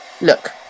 Look